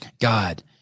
God